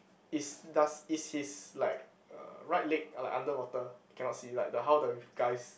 is does is his like er right leg uh like underwater cannot see like the how the guys